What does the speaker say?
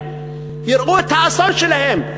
יראו את האסון שלהם,